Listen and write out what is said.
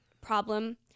problem